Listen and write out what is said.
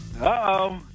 Uh-oh